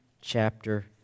chapter